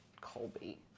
Colby